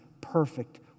perfect